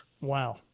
Wow